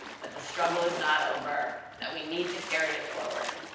that the struggle is not over that we need to carry it forward.